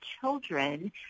children